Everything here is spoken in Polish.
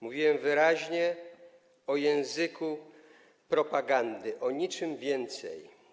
Mówiłem wyraźnie o języku propagandy, o niczym więcej.